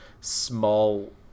small